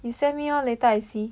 you send me lor later I see